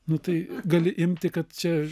nu tai gali imti kad čia